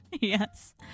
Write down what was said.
Yes